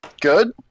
good